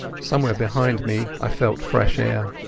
somewhere behind me i felt fresh air.